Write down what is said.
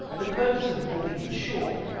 for the purpose of warping in shore,